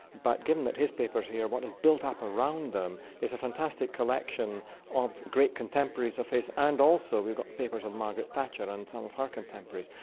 but given that his papers are here, what has built up around them is fantastic collection of great contemporaries of his and also we've got the papers of margaret thatcher and some of her contemporaries.